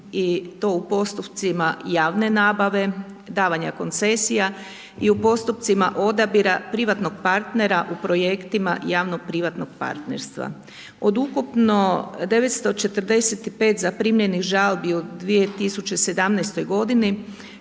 i to u postupcima javne nabave, davanje koncesija i u postupcima odabira privatnog partnera u projektima javno privatnog partnerstva. Od ukupno 940 zaprimljenih žalbi u 2017. godini,